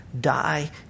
die